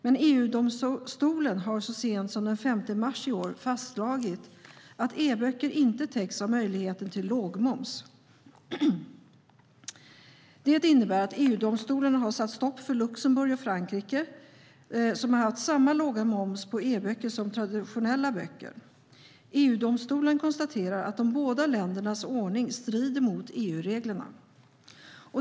Men EU-domstolen har så sent som den 5 mars i år fastslagit att e-böcker inte täcks av möjligheten till lågmoms. Det innebär att EU-domstolen har satt stopp för Luxemburg och Frankrike, som har haft samma låga moms på e-böcker som på traditionella böcker. EU-domstolen konstaterar att de båda ländernas ordning strider mot EU-reglerna.